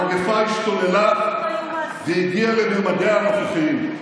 המגפה השתוללה והגיעה לממדיה הנוכחיים.